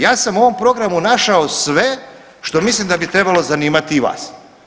Ja sam u ovom programu našao sve što mislim da bi trebalo zanimati i vas.